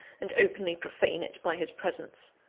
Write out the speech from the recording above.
and openly profane it by his presence!